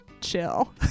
chill